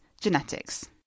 Genetics